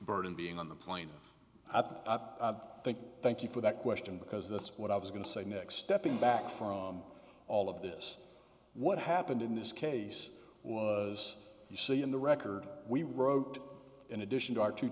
burden being on the plane up and think thank you for that question because that's what i was going to say next stepping back from all of this what happened in this case was you see in the record we wrote in addition to our two